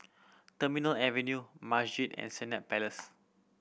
Terminal Avenue Masjid and Senett Palace